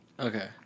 Okay